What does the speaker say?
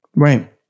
Right